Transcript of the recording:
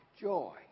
joy